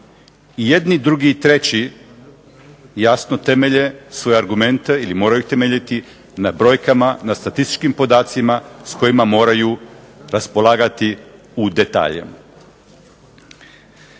jedni i drugi i treći jasno temelje svoje argumente ili moraju temeljiti na brojkama, na statističkim podacima s kojima moraju raspolagati u detalje.